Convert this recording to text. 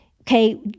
Okay